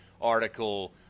article –